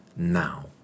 Now